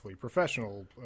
Professional